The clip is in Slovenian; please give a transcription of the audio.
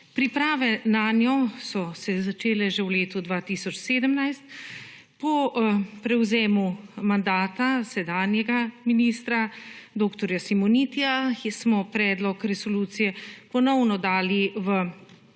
priprave nanjo so se začele že v letu 2017 po prevzemu mandata sedanjega ministra dr. Simonitija smo predlog resolucije ponovno dali, pregledali